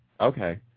Okay